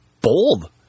bold